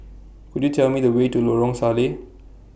Could YOU Tell Me The Way to Lorong Salleh